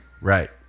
Right